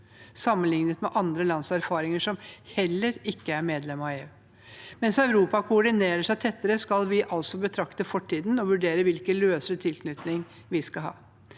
sammenlignet med erfaringene til andre land som heller ikke er medlem av EU. Mens Europa koordinerer seg tettere, skal vi altså betrakte fortiden og vurdere hvilken løsere tilknytning vi skal ha.